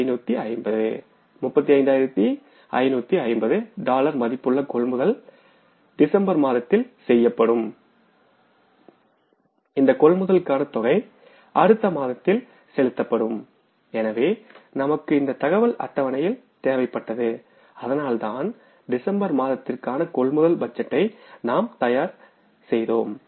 35550 35550 dollar மதிப்புள்ள கொள்முதல் December மாதத்தில் செய்யப்படும் இந்த கொள்முதலுக்கான தொகை அடுத்த மாதத்தில் செலுத்தப்படும்எனவே நமக்கு இந்த தகவல் அட்டவணையில் தேவைப்பட்டது அதனால்தான் டிசம்பர் மாதத்திற்கான கொள்முதல் பட்ஜெட்டைநாம் தயாரித்தோம்